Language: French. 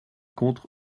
contre